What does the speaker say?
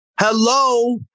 Hello